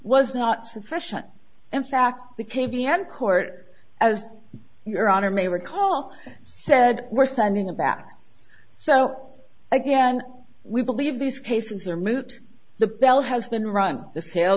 was not sufficient in fact the caveat in court as your honor may recall said we're standing about so again we believe these cases are moot the bell has been rung the